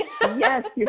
Yes